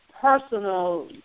personal